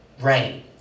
rain